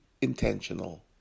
intentional